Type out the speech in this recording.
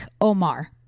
Omar